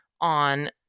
on